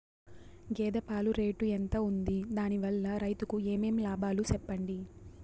గేదె పాలు రేటు ఎంత వుంది? దాని వల్ల రైతుకు ఏమేం లాభాలు సెప్పండి?